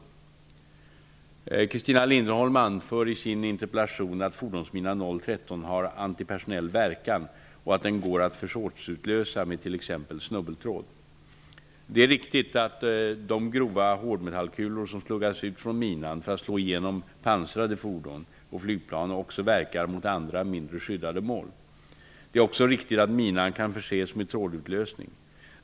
Christina Linderholm anför i sin interpellation att fordonsmina 013 har antipersonell verkan och att den går att försåtsutlösa med t.ex. snubbeltråd. Det är riktigt att de grova hårdmetallkulor som slungas ut från minan för att slå igenom pansrade fordon och flygplan också verkar mot andra, mindre skyddade mål. Det är också riktigt att minan kan förses med trådutlöning.